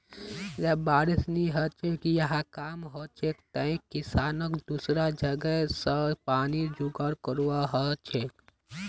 जब बारिश नी हछेक या कम हछेक तंए किसानक दुसरा जगह स पानीर जुगाड़ करवा हछेक